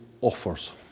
offers